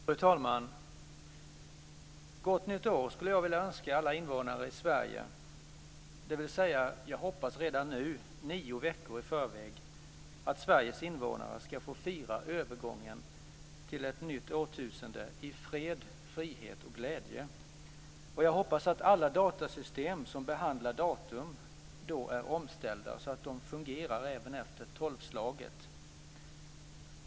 Fru talman! Ett gott nytt år skulle jag vilja önska alla invånare i Sverige - dvs. jag hoppas redan nu, nio veckor i förväg, att Sveriges invånare ska få fira övergången till ett nytt årtusende i fred, frihet och glädje. Jag hoppas att alla datasystem som behandlar datum då är omställda, så att de fungerar även efter tolvslaget.